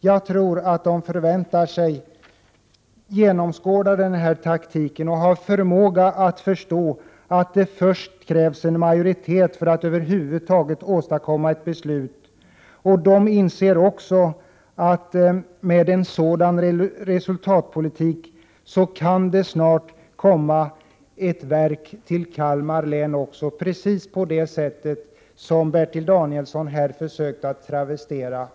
Jag tror att de genomskådar taktiken, och de förstår att det först krävs en majoritet för att man över huvud taget kan fatta ett beslut. De inser också att de med en sådan resultatpolitik som jag och centern har försökt föra snart kan få ett verk till Kalmar också, något som Bertil Danielsson här försökt travestera.